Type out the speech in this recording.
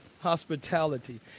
hospitality